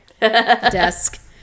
desk